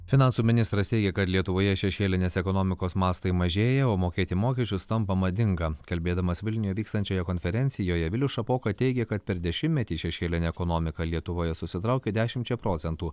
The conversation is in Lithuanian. finansų ministras teigia kad lietuvoje šešėlinės ekonomikos mastai mažėja o mokėti mokesčius tampa madinga kalbėdamas vilniuje vykstančioje konferencijoje vilius šapoka teigia kad per dešimtmetį šešėlinė ekonomika lietuvoje susitraukė dešimčia procentų